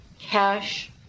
cash